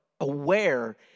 aware